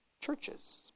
churches